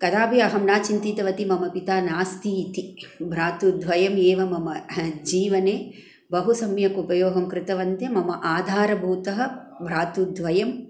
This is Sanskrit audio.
कदापि अहं न चिन्तितवती मम पिता नास्ति इति भ्रातु द्वयमेव मम जीवने बहुसम्यक् उपयोगं कृतवन्तः मम आधारभूतः भ्रातुद्वयं